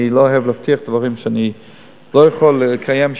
אני לא אוהב להבטיח דברים שאני לא יכול לקיים,